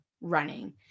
running